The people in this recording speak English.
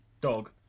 dog